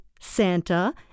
Santa